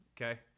okay